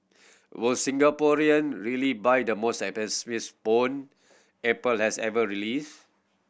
will Singaporean really buy the most bone Apple has ever released